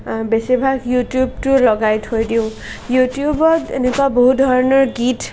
আ বেছিভাগ ইউটিউবটো লগাই থৈ দিওঁ ইউটিউবত এনেকুৱা বহুধৰণৰ গীত